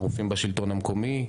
הרופאים בשלטון המקומי,